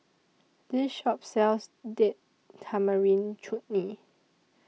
This Shop sells Date Tamarind Chutney